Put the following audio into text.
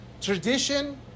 Tradition